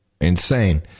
Insane